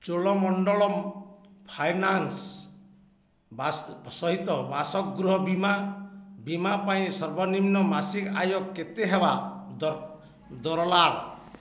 Cholamandalam finance ବାସ ସହିତ ବାସଗୃହ ବୀମା ବୀମା ପାଇଁ ସର୍ବନିମ୍ନ ମାସିକ ଆୟ କେତେ ହେବା ଦରମା